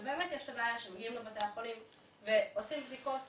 באמת יש את הבעיה שמגיעים לבתי החולים ועושים בדיקות